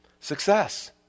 Success